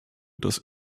dass